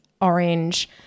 Orange